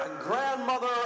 grandmother